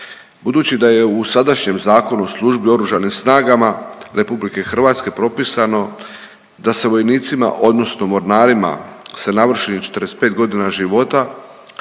Budući da je u sadašnjem Zakonu o službi u Oružanim snagama RH propisano da se vojnicima odnosno mornarima sa navršenih 45.g. života